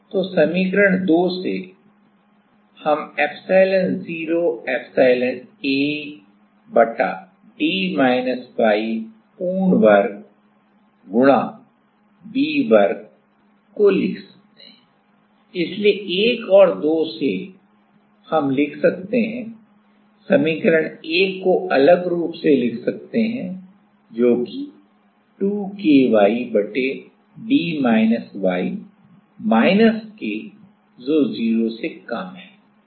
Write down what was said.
तो समीकरण 2 से यदि हम epsilon0 epsilon A बटा d y पूरे वर्ग गुणा V पूर्ण वर्ग पूर्ण को लिख सकते हैं इसलिए 1 और 2 से हम लिख सकते हैं समीकरण 1 को अलग रूप लिख सकते हैं जो कि 2 K y बटा d y माइनस k जो जीरो से कम है